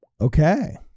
okay